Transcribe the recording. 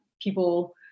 people